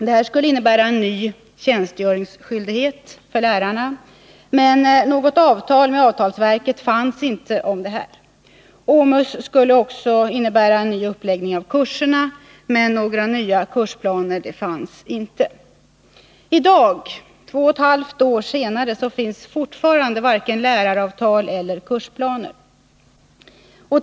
Det här skulle innebära en ny tjänstgöringsskyldighet för lärarna, men något avtal med avtalsverket fanns inte. OMUS skulle också innebära en ny uppläggning av kurserna, men några nya kursplaner fanns inte. I dag, två och ett halvt år senare, finns det fortfarande varken läraravtal eller kursplaner.